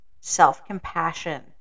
self-compassion